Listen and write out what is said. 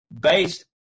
based